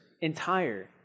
entire